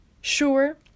Sure